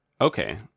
Okay